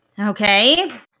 Okay